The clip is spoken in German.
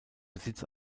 besitz